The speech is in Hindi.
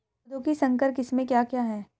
पौधों की संकर किस्में क्या क्या हैं?